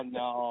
no